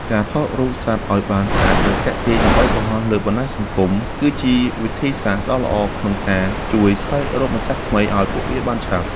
ការថតរូបសត្វឱ្យបានស្អាត និងទាក់ទាញ ដើម្បីបង្ហោះលើបណ្ដាញសង្គម គឺជាវិធីសាស្ត្រដ៏ល្អក្នុងការជួយស្វែងរកម្ចាស់ថ្មីឱ្យពួកវាបានឆាប់។